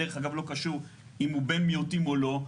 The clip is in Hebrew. דרך אגב לא קשור אם הוא בן מיעוטים או לא.